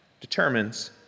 determines